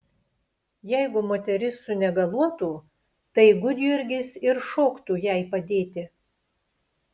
jeigu moteris sunegaluotų tai gudjurgis ir šoktų jai padėti